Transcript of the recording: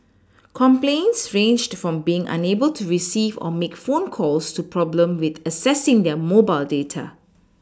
complaints ranged from being unable to receive or make phone calls to problems with accessing their mobile data